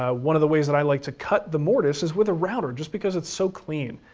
ah one of the ways that i like to cut the mortise is with a router just because it's so clean.